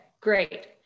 great